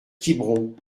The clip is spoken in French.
quiberon